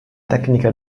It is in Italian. tecnica